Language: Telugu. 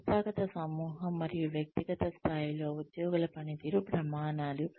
సంస్థాగత సమూహం మరియు వ్యక్తిగత స్థాయిలో ఉద్యోగుల పనితీరు ప్రమాణాలు